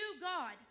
God